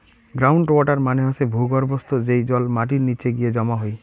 ground water মানে হসে ভূর্গভস্থ, যেই জল মাটির নিচে গিয়ে জমা হই